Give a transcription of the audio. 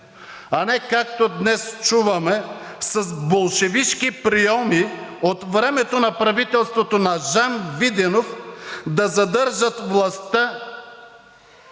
а не, както днес чуваме с болшевишки прийоми от времето на правителството на Жан Виденов, да задържат властта,